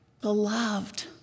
Beloved